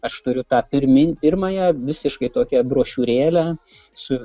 aš turiu tą pirmyn pirmąją visiškai tokią brošiūrėlę su